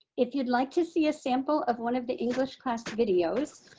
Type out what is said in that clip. if you'd like to see a sample of one of the english class videos.